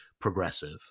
progressive